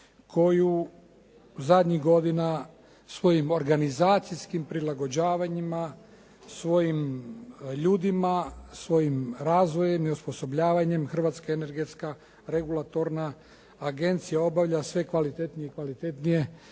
koju zadnjih godina, s kojim organizacijskim prilagođavanjima svojim ljudima, svojim razvojem i osposobljavanjem Hrvatska energetska regulatorna agencija obavlja sve kvalitetnije i kvalitetnije